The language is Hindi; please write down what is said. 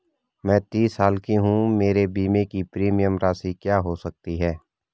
मैं तीस साल की हूँ मेरे बीमे की प्रीमियम राशि क्या हो सकती है?